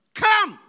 come